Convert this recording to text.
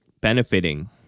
benefiting